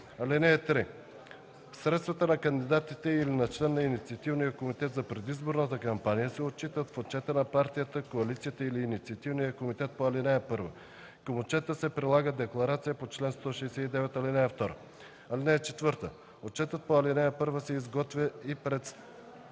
й. (3) Средствата на кандидата или на член на инициативния комитет за предизборната кампания се отчитат в отчета на партията, коалицията или инициативния комитет по ал. 1. Към отчета се прилага декларацията по чл. 169, ал. 2. (4) Отчетът по ал. 1 се изготвя и представя